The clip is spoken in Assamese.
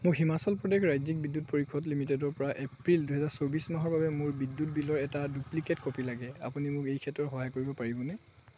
মোক হিমাচল প্ৰদেশ ৰাজ্যিক বিদ্যুৎ পৰিষদ লিমিটেডৰপৰা এপ্ৰিল দুহেজাৰ চৌবিছ মাহৰ বাবে মোৰ বিদ্যুৎ বিলৰ এটা ডুপ্লিকেট কপি লাগে আপুনি মোক এই ক্ষেত্ৰত সহায় কৰিব পাৰিবনে